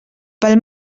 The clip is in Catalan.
pel